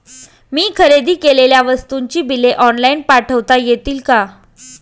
मी खरेदी केलेल्या वस्तूंची बिले ऑनलाइन पाठवता येतील का?